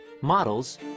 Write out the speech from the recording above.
Models